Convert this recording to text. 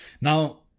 now